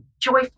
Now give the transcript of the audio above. joyful